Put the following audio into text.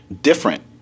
different